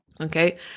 Okay